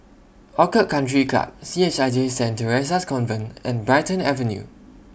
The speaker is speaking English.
Orchid Country Club C H I J Saint Theresa's Convent and Brighton Avenue